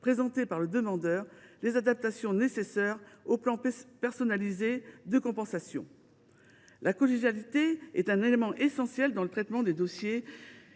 présentée par le demandeur, les adaptations nécessaires au plan personnalisé de compensation. La collégialité est un élément essentiel dans le traitement des dossiers